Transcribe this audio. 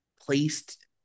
placed